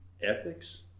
ethics